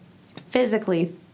Physically